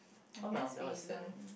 oh well that was then